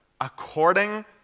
according